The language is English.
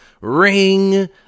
Ring